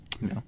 No